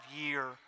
year